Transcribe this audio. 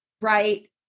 right